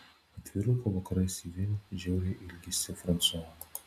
atviruko vakarais ji vėl žiauriai ilgisi fransua